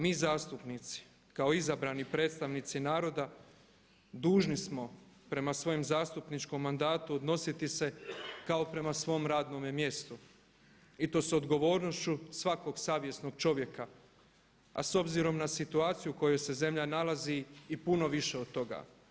Mi zastupnici kao izabrani predstavnici naroda dužni smo prema svojem zastupničkom mandatu odnositi se kao prema svom radnome mjestu i to s odgovornošću svakog savjesnog čovjeka, a s obzirom na situaciju u kojoj se zemlja nalazi i puno više od toga.